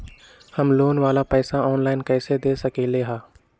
हम लोन वाला पैसा ऑनलाइन कईसे दे सकेलि ह?